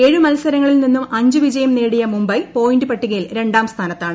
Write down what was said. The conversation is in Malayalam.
ഏഴു മത്സരങ്ങളിൽ നിന്നും അഞ്ചു വിജയം നേടിയ മുംബൈ പോയിന്റ് പട്ടികയിൽ രണ്ടാം സ്ഥാനത്താണ്